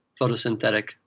photosynthetic